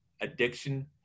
addiction